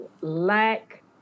lack